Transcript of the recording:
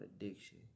addiction